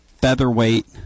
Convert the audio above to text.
featherweight